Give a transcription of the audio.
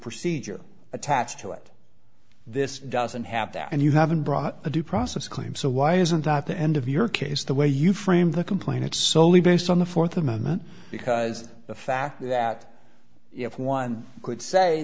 procedure attached to it this doesn't have that and you haven't brought a due process claim so why isn't that the end of your case the way you framed the complaint it's solely based on the fourth amendment because the fact that if one could say